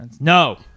No